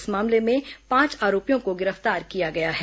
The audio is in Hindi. इस मामले में पांच आरोपियों को गिरफ्तार किया गया है